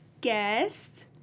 guest